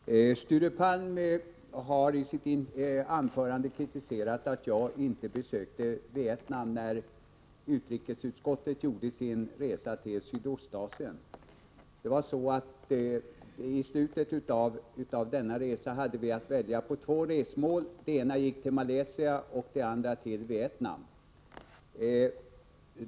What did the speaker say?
Herr talman! Sture Palm har i sitt anförande kritiserat att jag inte besökte Vietnam när utrikesutskottet gjorde sin resa till Sydostasien. I slutet av denna resa hade vi att välja mellan två resmål. Det ena var Malaysia, det andra Vietnam.